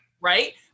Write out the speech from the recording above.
right